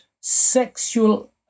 sexual